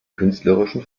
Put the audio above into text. künstlerischen